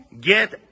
Get